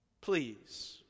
Please